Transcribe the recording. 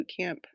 bootcamp